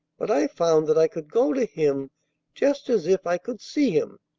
but i found that i could go to him just as if i could see him,